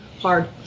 hard